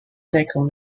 second